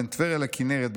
בין טבריה לכנרת,